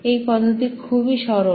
এই পদ্ধতি খুবই সরল